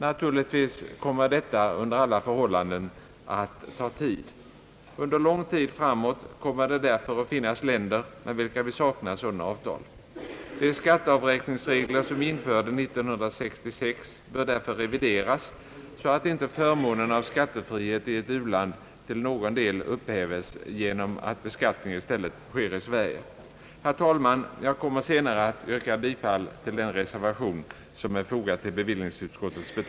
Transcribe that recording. Naturligtvis kommer detta under alla förhållanden att ta tid. Under lång tid framöver kommer det därför att finnas länder med vilka vi saknar sådana avtal. De skatteavräkningsregler som vi införde 1966 bör därför revideras, så att inte förmånen av skattefrihet i ett u-land till någon del upphäves genom att beskattning i stället sker i Sverige. Herr talman! Jag kommer senare att